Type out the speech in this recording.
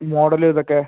model ഇത് ഒക്കെ